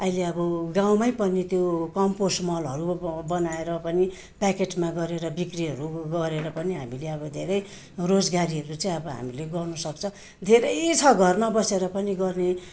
अहिले अब गाउँमै पनि त्यो कम्पोस्ट मलहरू बनाएर पनि प्याकेटमा गरेर बिक्रीहरू गरेर पनि हामीले अब धेरै रोजगारीहरू चाहिँ अब हामीले गर्नु सक्छ धेरै छ घरमा बसेर गर्ने